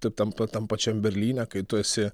tai tampa tam pačiam berlyne kai tu esi